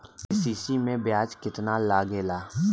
KCC में ब्याज कितना लागेला?